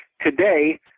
Today